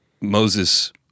Moses